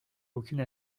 aucune